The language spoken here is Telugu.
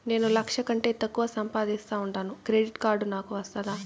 నేను లక్ష కంటే తక్కువ సంపాదిస్తా ఉండాను క్రెడిట్ కార్డు నాకు వస్తాదా